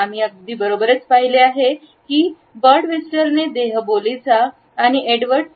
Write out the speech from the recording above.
आम्ही अगोदरच पाहिले आहे कि बर्डविस्टलने देहबोलीचा आणि एडवर्ड टी